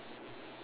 ya